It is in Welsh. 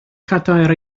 cadair